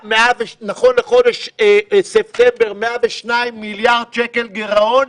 נכון לחודש ספטמבר יש 102 מיליארד שקל גירעון,